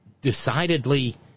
decidedly